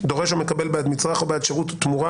דורש ומקבל בעד מצרך או בעד שירות תמורה